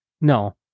no